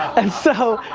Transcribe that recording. and so,